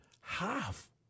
half